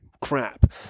crap